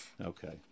Okay